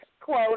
quote